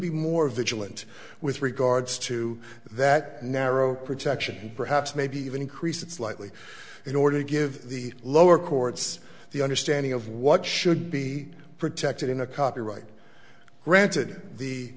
be more vigilant with regards to that narrow protection perhaps maybe even increase it slightly in order to give the lower courts the understanding of what should be protected in a copyright granted